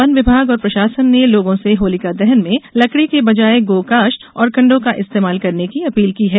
one विभाग और प्रशासन ने लोगों से होलिका दहन में लकड़ी के बजाय गौकाष्ठ और कंडो का इस्तेमाल करने की अपील की है